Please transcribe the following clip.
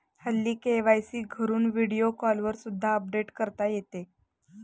हल्ली के.वाय.सी घरून व्हिडिओ कॉलवर सुद्धा अपडेट करता येते